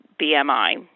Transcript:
BMI